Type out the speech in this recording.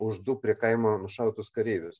už du prie kaimo nušautus kareivius